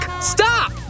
Stop